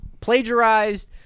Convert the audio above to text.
plagiarized